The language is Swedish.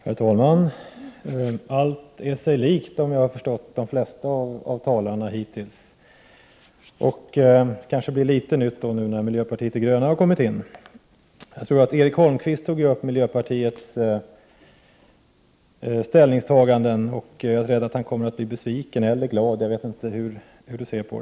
Herr talman! Om jag rätt förstått de flesta av talarna hittills verkar allt vara sig likt. Nu när miljöpartiet de gröna kommit in i bilden kanske debatten kan tillföras något nytt. Erik Holmkvist tog upp miljöpartiets ställningstaganden och jag är rädd att han blir besviken — eller glad. Jag vet inte hur han ser på den saken.